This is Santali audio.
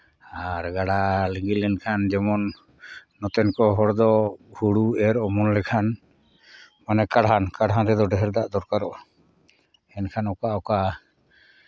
ᱟᱨ ᱜᱟᱰᱟ ᱞᱤᱸᱜᱤ ᱞᱮᱱᱠᱷᱟᱱ ᱡᱮᱢᱚᱱ ᱱᱚᱛᱮᱱ ᱠᱚ ᱦᱚᱲ ᱫᱚ ᱦᱩᱲᱩ ᱮᱨ ᱚᱢᱚᱱ ᱞᱮᱠᱷᱟᱱ ᱢᱟᱱᱮ ᱠᱟᱬᱦᱟᱱ ᱠᱟᱬᱦᱟᱱ ᱨᱮᱫᱚ ᱰᱷᱮᱨ ᱫᱟᱜ ᱫᱚᱨᱠᱟᱨᱚᱜᱼᱟ ᱮᱱᱠᱷᱟᱱ ᱚᱠᱟ ᱚᱠᱟ